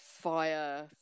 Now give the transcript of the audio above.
fire